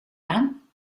aan